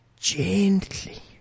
gently